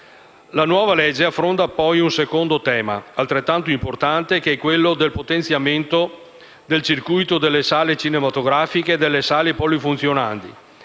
La nuova legge affronta poi un secondo tema altrettanto importante, che è il potenziamento del circuito delle sale cinematografiche e delle sale polifunzionali,